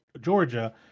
Georgia